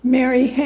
Mary